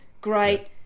great